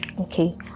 okay